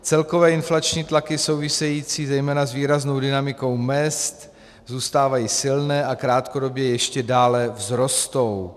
Celkové inflační tlaky související zejména s výraznou dynamikou mezd zůstávají silné a krátkodobě ještě dále vzrostou.